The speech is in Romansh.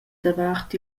davart